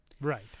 Right